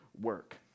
work